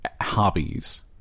hobbies